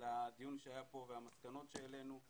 לדיון שהיה כאן ולמסקנות שהעלינו,